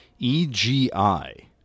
EGI